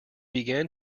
began